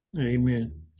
Amen